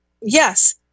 Yes